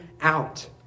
out